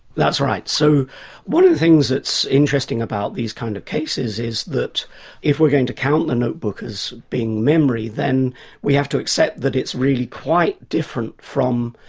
that's right, so one of the things that's interesting about these kind of cases is that if we're going to count the notebook as being memory, then we have to accept that it's really quite different from,